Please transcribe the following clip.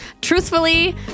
Truthfully